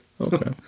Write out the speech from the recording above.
Okay